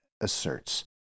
asserts